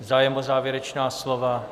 Zájem o závěrečná slova?